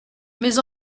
mais